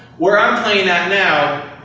where i'm playing at now,